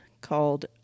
called